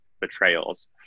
betrayals